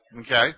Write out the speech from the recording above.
okay